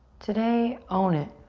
today own it.